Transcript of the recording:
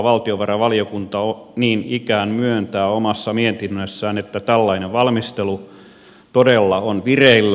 valtiovarainvaliokunta niin ikään myöntää omassa mietinnössään että tällainen valmistelu todella on vireillä